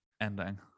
ending